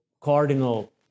cardinal